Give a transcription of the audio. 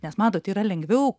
nes matot yra lengviau